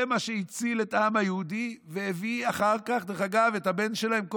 זה מה שהציל את העם היהודי והביא אחר כך את הבן שלהם,